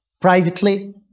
privately